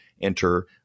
enter